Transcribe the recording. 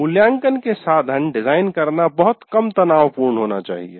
मूल्यांकन के साधन डिज़ाइन करना बहुत कम तनावपूर्ण होना चाहिए